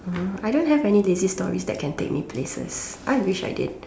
uh I don't have any lazy stories that can take me places I wish I did